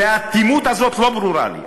והאטימות הזאת לא ברורה לי.